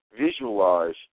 visualize